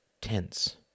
tense